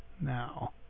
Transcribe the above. now